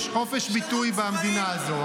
יש חופש ביטוי במדינה הזאת.